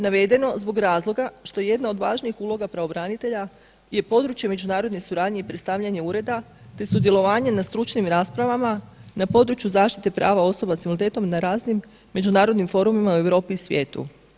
Navedeno zbog razloga što jedna od važnih uloga pravobranitelja je područje međunarodne suradnje i predstavljanje ureda te sudjelovanje na stručnim raspravama na području zaštite prava osoba s invaliditetom i na raznim međunarodnim forumima u Europi i svijetu.